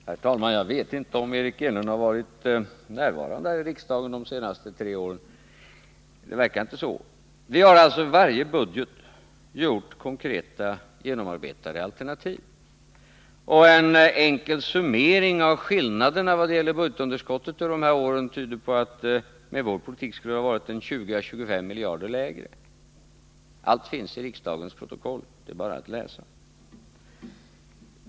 Herr talman! Jag vet inte om Eric Enlund har varit närvarande här i riksdagen de senaste tre åren. Det verkar inte så. Vi har till varje budget gjort konkreta, genomarbetade alternativ. En enkel summering av skillnaderna mellan budgetunderskotten under de här åren tyder på att de med vår politik skulle ha varit 20 ä 25 miljarder lägre. Allt finns i riksdagens protokoll. Det är bara att läsa.